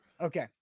Okay